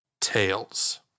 tails